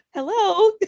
hello